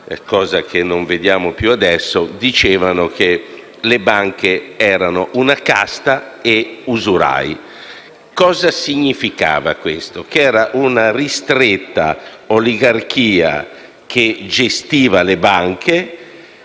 che adesso non vediamo più), si diceva che le banche erano una casta ed erano usurai. Cosa significa questo? Che c'era una ristretta oligarchia che gestiva le banche,